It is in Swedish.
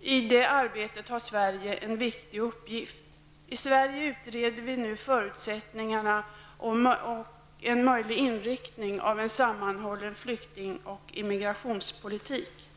I det arbetet har Sverige en viktig uppgift. I Sverige utreder vi nu förutsättningarna för och en möjlig inriktning av en sammanhållen flykting och immigrationspolitik.